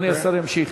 אדוני השר ימשיך.